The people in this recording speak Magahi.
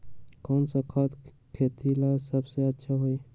कौन सा खाद खेती ला सबसे अच्छा होई?